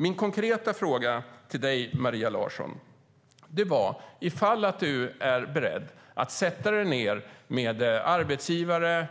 Min konkreta fråga till dig, Maria Larsson, var om du är beredd att sätta dig ned med arbetsgivare,